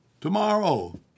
Tomorrow